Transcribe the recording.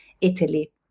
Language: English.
Italy